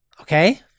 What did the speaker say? Okay